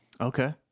Okay